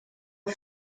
are